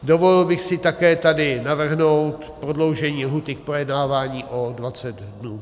Dovolil bych si tady také navrhnout prodloužení lhůty k projednávání o 20 dnů.